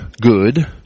good